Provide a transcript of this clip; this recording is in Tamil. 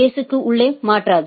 எஸ்க்கு உள்ளே மாற்றாது